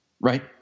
right